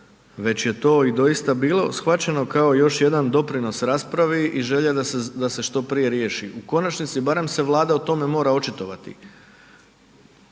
već je to i doista bilo shvaćeno kao još jedan doprinos raspravi i želja da se što prije riješi. U konačnici barem se Vlada o tome mora očitovati,